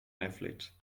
netflix